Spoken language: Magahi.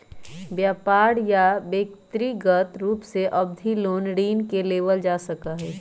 व्यापार या व्यक्रिगत रूप से अवधि लोन ऋण के लेबल जा सका हई